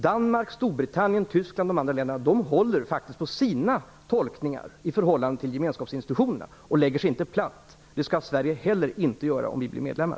Danmark, Storbritannien, Tyskland och de andra länderna håller på sina tolkningar i förhållande till gemenskapsinstitutionerna, och de lägger sig inte platt. Det skall Sverige inte heller göra om vi blir medlemmar.